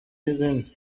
y’izindi